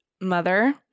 Mother